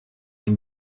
ein